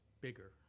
bigger